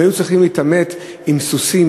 הם היו צריכים להתעמת עם סוסים.